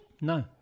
No